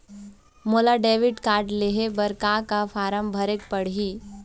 मोला debit card लेहे बर का का फार्म भरेक पड़ही?